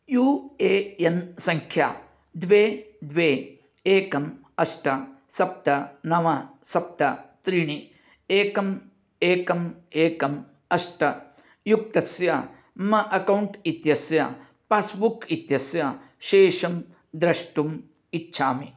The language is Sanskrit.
यू ए एन् सङ्ख्या द्वे द्वे एकम् अष्ट सप्त नव सप्त त्रीणि एकम् एकम् एकम् अष्ट युक्तस्य मम अकौण्ट् इत्यस्य पास्बुक् इत्यस्य शेषं द्रष्टुम् इच्छामि